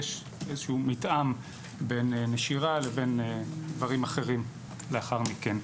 יש איזה שהוא מתאם בין נשירה לבין דברים אחרים לאחר מכן.